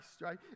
right